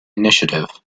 initiative